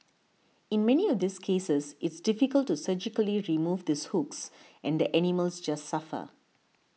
in many of these cases it's difficult to surgically remove these hooks and the animals just suffer